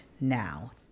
now